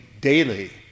daily